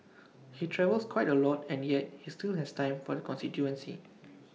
he travels quite A lot and yet he still has time for the constituency